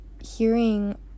hearing